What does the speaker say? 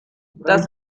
das